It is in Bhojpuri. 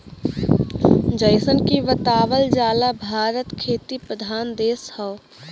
जइसन की बतावल जाला भारत खेती प्रधान देश हौ